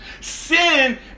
Sin